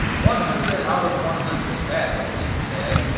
one hundred out of one hundred bad ones said,